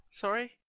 Sorry